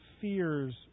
fears